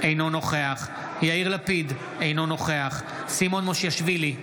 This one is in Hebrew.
אינו נוכח יאיר לפיד, אינו נוכח סימון מושיאשוילי,